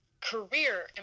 career